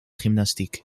gymnastiek